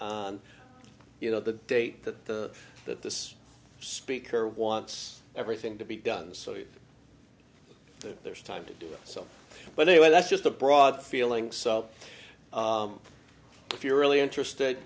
on you know the date that the that this speaker wants everything to be done so you there is time to do so but anyway that's just a broad feeling so if you're really interested